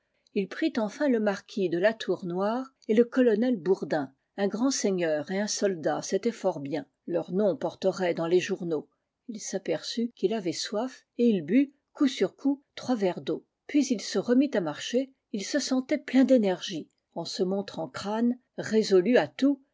il prit enfin le marquis de la tour noire et le colonel bourdin un crand seigneur et un soldat c'était fort bien leurs noms porteraient dans les journaux ii s'aperçut qu'il avait soif et il but coup sur coup trois verres d'eau puis il se remit à marcher il se sentait plein d'énergie en se montrant crine résolu à tout